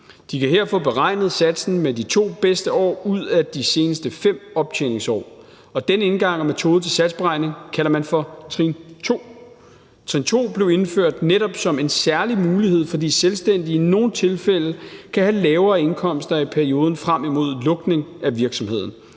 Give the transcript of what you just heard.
De kan her få beregnet satsen ud fra de 2 bedste år ud af de seneste 5 optjeningsår, og den indgang og metode til satsberegning kalder man for trin 2. Trin 2 blev indført netop som en særlig mulighed, fordi selvstændige i nogle tilfælde kan have lavere indkomster i perioden frem imod lukning af en virksomhed,